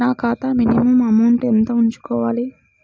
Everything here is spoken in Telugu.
నా ఖాతా మినిమం అమౌంట్ ఎంత ఉంచుకోవాలి?